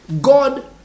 God